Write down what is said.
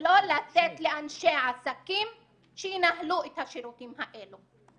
לא לתת לאנשי עסקים שינהלו את השירותים האלו.